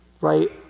right